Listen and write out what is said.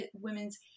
Women's